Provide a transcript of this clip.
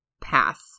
path